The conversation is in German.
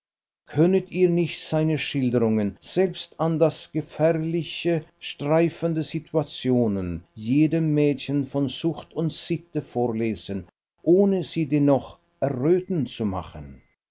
könnet ihr nicht seine schilderungen selbst an das gefährliche streifende situationen jedem mädchen von zucht und sitte vorlesen ohne sie dennoch erröten zu machen